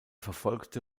verfolgte